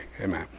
Amen